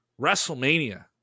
WrestleMania